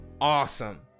awesome